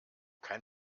kein